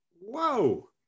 Whoa